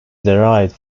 derived